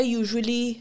usually